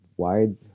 wide